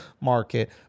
market